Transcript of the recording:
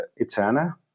Eterna